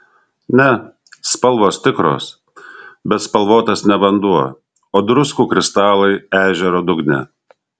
ne spalvos tikros bet spalvotas ne vanduo o druskų kristalai ežero dugne